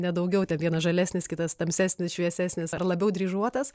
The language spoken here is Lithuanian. ne daugiau ten vienas žalesnis kitas tamsesnis šviesesnis ar labiau dryžuotas